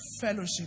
Fellowship